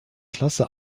klasse